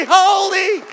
holy